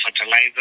fertilizer